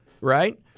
right